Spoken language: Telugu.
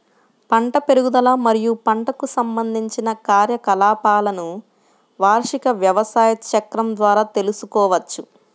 పంట పెరుగుదల మరియు పంటకు సంబంధించిన కార్యకలాపాలను వార్షిక వ్యవసాయ చక్రం ద్వారా తెల్సుకోవచ్చు